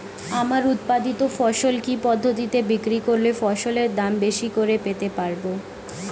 আমার উৎপাদিত ফসল কি পদ্ধতিতে বিক্রি করলে ফসলের দাম বেশি করে পেতে পারবো?